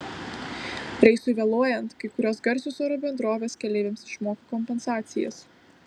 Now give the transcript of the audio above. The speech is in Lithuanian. reisui vėluojant kai kurios garsios oro bendrovės keleiviams išmoka kompensacijas